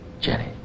Jenny